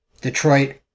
Detroit